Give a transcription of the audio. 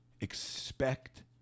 expect